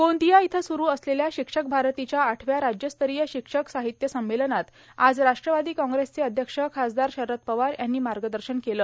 गोंदिया इथं स्रू असलेल्या शिक्षक भारतीच्या आठव्या राज्यस्तरीय शिक्षक साहित्य संमेलनात आज राष्ट्रवादी कॉग्रेसचे अध्यक्ष खासदार शरद पवार यांनी मार्गदर्शन केलं